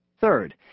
Third